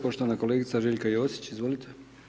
Poštovana kolegica Željka Josić, izvolite.